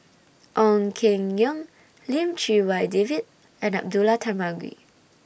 Ong Keng Yong Lim Chee Wai David and Abdullah Tarmugi